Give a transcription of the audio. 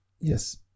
Yes